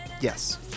yes